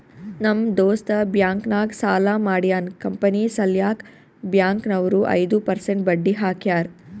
ನಮ್ ದೋಸ್ತ ಬ್ಯಾಂಕ್ ನಾಗ್ ಸಾಲ ಮಾಡ್ಯಾನ್ ಕಂಪನಿ ಸಲ್ಯಾಕ್ ಬ್ಯಾಂಕ್ ನವ್ರು ಐದು ಪರ್ಸೆಂಟ್ ಬಡ್ಡಿ ಹಾಕ್ಯಾರ್